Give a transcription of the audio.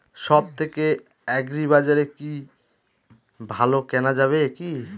সব থেকে আগ্রিবাজারে কি ভালো কেনা যাবে কি?